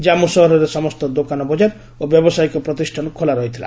ଜାମ୍ମୁ ସହରରେ ସମସ୍ତ ଦୋକାନ ବକାର ଓ ବ୍ୟାବସାୟିକ ପ୍ରତିଷ୍ଠାନ ଖୋଲା ରହିଥିଲା